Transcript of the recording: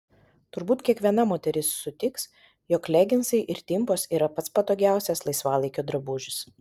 turbūt kiekviena moteris sutiks jog leginsai ir timpos yra pats patogiausias laisvalaikio drabužis